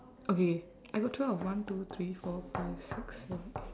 okay I got twelve one two three four five six seven eight